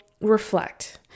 reflect